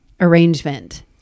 arrangement